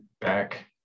back